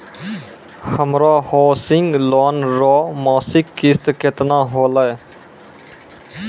हमरो housing loan रो मासिक किस्त केतना होलै?